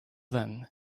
then